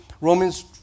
Romans